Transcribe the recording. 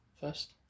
first